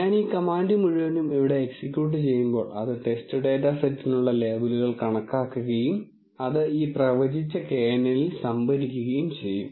ഞാൻ ഈ കമാൻഡ് മുഴുവനും ഇവിടെ എക്സിക്യൂട്ട് ചെയ്യുമ്പോൾ അത് ടെസ്റ്റ് ഡാറ്റാ സെറ്റിനുള്ള ലേബലുകൾ കണക്കാക്കുകയും അത് ഈ പ്രവചിച്ച knn ൽ സംഭരിക്കുകയും ചെയ്യും